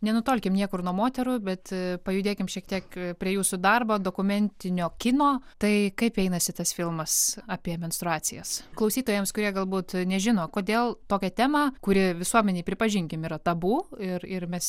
nenutolkim niekur nuo moterų bet pajudėkim šiek tiek prie jūsų darbo dokumentinio kino tai kaip einasi tas filmas apie menstruacijas klausytojams kurie galbūt nežino kodėl tokią temą kuri visuomenėj pripažinkim yra tabu ir ir mes